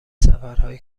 سفرهای